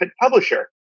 publisher